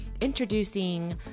introducing